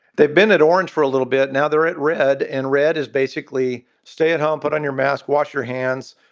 they've been at orange for a little bit. now they're at red and red is basically stay at home, put on your mask, wash your hands.